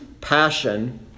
passion